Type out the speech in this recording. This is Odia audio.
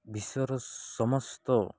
ବିଶ୍ୱର ସମସ୍ତ